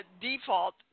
default